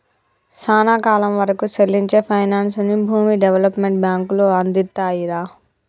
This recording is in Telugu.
సానా కాలం వరకూ సెల్లించే పైనాన్సుని భూమి డెవలప్మెంట్ బాంకులు అందిత్తాయిరా